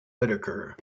whitaker